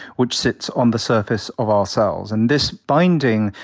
which sits on the surface of our cells. and this binding,